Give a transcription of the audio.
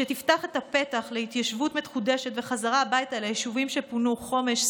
שתפתח את הפתח להתיישבות מחודשת וחזרה הביתה ליישובים שפונו: חומש,